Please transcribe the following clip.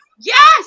Yes